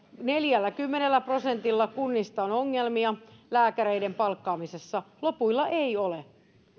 neljälläkymmenellä prosentilla kunnista on ongelmia lääkäreiden palkkaamisessa lopuilla ei ole